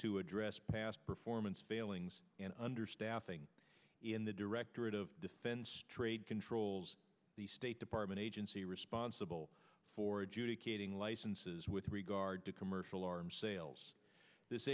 to address past performance failings and understaffing in the directorate of defense trade controls the state department agency responsible for adjudicating licenses with regard to commercial arms sales this